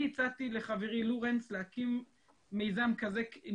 אני הצעתי לחברי לורנס להקים מיזם כזה,